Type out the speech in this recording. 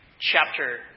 chapter